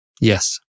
Yes